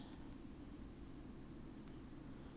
eh no no no 不是不是 I am saying my pocket money